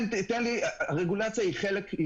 אני